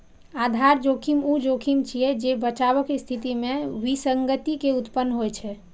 आधार जोखिम ऊ जोखिम छियै, जे बचावक स्थिति मे विसंगति के उत्पन्न होइ छै